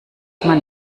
man